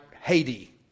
Haiti